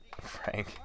Frank